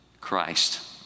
Christ